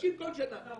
משתמשים כל שנה.